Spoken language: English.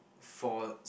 for